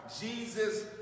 Jesus